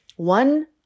One